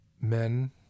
men